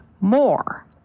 more